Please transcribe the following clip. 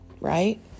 right